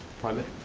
private,